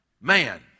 Man